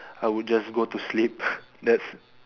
I would just go to sleep that's